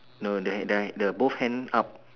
no they they the both hand up